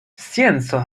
scienco